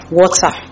water